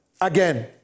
again